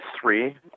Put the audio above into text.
three